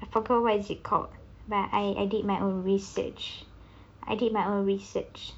I forgot what is it called but I did my own research I did my own research